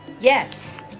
Yes